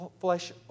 flesh